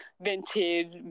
vintage